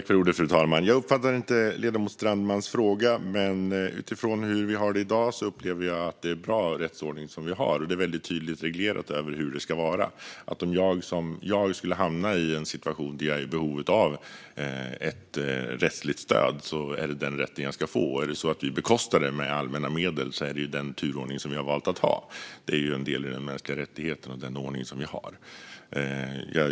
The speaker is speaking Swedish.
Fru talman! Jag uppfattade inte ledamoten Strandmans fråga, men utifrån hur vi har det i dag upplever jag att det är en bra rättsordning som vi har. Det är även tydligt reglerat hur det ska vara. Om jag skulle hamna i en situation där jag är i behov av rättsligt stöd ska jag få det stödet. Är det så att vi bekostar detta med allmänna medel är det den turordning vi valt att ha. Det är en del av de mänskliga rättigheterna och den ordning vi har.